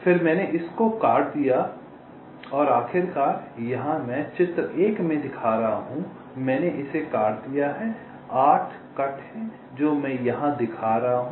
फिर मैंने इस को काट दिया फिर मैंने इसे काट दिया और आखिरकार यहाँ मैं चित्र 1 में दिखा रहा हूँ मैंने इसे काट दिया है मैंने इसे काट दिया है 8 कट हैं जो मैं यहाँ दिखा रहा हूँ